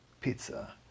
pizza